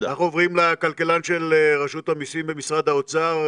אנחנו עוברים לכלכלן של רשות המסים במשרד האוצר,